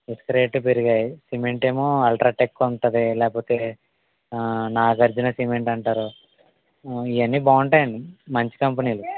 ఇసుక రేట్ లు పెరిగాయి సిమెంట్ ఏమో అల్ట్రాటెక్ ఉంటుంది లేకపోతే నాగార్జున సిమెంట్ అంటారు ఇవన్నీ బాగుంటాయండి మంచి కంపెనీ లు